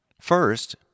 First